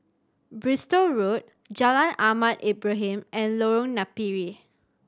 Bristol Road Jalan Ahmad Ibrahim and Lorong Napiri